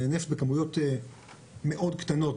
זה נפט בכמויות מאוד קטנות,